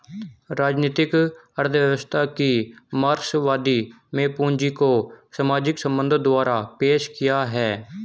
राजनीतिक अर्थव्यवस्था की मार्क्सवादी में पूंजी को सामाजिक संबंधों द्वारा पेश किया है